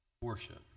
worship